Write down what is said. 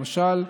למשל,